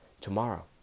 tomorrow